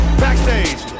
backstage